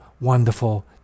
wonderful